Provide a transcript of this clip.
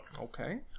Okay